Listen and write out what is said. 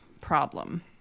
problem